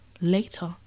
Later